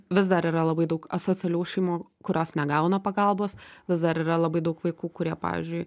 vis dar yra labai daug asocialių šeimų kurios negauna pagalbos vis dar yra labai daug vaikų kurie pavyzdžiui